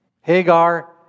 Hagar